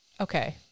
Okay